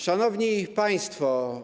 Szanowni Państwo!